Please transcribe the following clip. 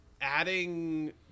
adding